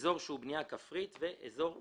אזור שהוא בנייה כפרית ואזור פיתוח.